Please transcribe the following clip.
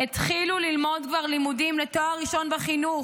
התחילו ללמוד כבר לימודים לתואר ראשון בחינוך.